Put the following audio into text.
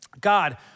God